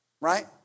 Right